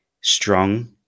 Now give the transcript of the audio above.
strong